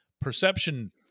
Perception